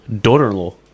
daughter-in-law